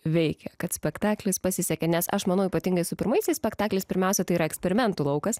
veikia kad spektaklis pasisekė nes aš manau ypatingai su pirmaisiais spektaklis pirmiausia tai yra eksperimentų laukas